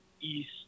east